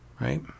right